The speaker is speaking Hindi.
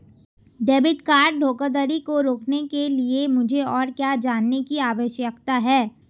डेबिट कार्ड धोखाधड़ी को रोकने के लिए मुझे और क्या जानने की आवश्यकता है?